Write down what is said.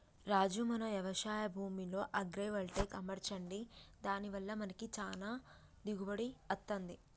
రాజు మన యవశాయ భూమిలో అగ్రైవల్టెక్ అమర్చండి దాని వల్ల మనకి చానా దిగుబడి అత్తంది